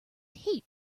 heat